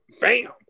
bam